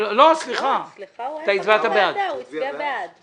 היום אתה לא תסתובב בעיר עם טרקטור.